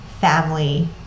family